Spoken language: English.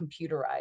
computerized